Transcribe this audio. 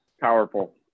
Powerful